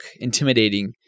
intimidating